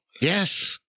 Yes